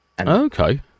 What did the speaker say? Okay